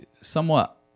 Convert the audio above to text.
somewhat